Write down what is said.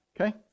okay